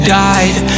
died